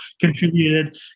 contributed